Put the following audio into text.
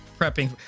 prepping